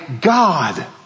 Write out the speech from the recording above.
God